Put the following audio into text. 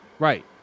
right